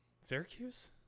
Syracuse